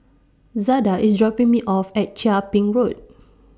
Zada IS dropping Me off At Chia Ping Road